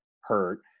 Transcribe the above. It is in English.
hurt –